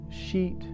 sheet